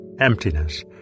emptiness